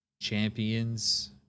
champions